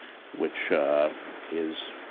which is.